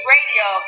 Radio